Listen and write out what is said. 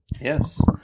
Yes